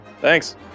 Thanks